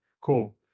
Cool